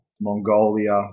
Mongolia